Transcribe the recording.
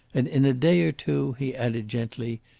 and in a day or two, he added gently,